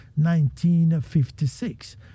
1956